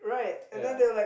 yeah